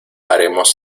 haremos